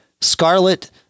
Scarlet